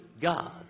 God